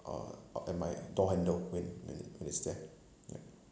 uh uh at my door handle when when he's there ya